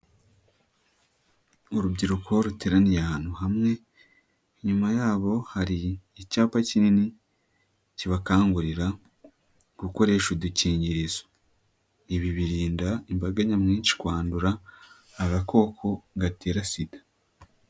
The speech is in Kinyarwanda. Urubyiruko ruteraniye ahantu hamwe, inyuma yabo hari icyapa kinini kibakangurira gukoresha udukingirizo, ibi birinda imbaga nyamwinshi kwandura agakoko gatera sida.